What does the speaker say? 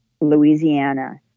Louisiana